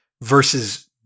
versus